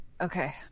Okay